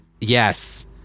Yes